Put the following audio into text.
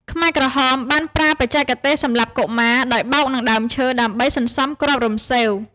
ខ្មែរក្រហមបានប្រើបច្ចេកទេសសម្លាប់កុមារដោយបោកនឹងដើមឈើ ដើម្បីសន្សំគ្រាប់រំសេវ។